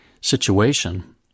situation